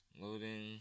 Loading